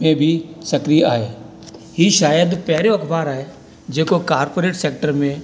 में बि सक्रिय आहे ई शायदि पहिरियों अख़बार आहे जेको कार्पोरेट सैक्टर में